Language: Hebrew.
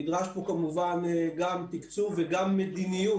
נדרשנו כמובן גם תקצוב וגם מדיניות,